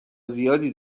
زیادی